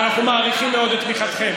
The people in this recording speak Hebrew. ואנחנו מעריכים מאוד את תמיכתכם.